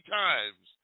times